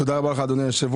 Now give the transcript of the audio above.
תודה רבה לך, אדוני היושב-ראש.